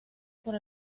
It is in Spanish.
por